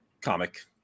comic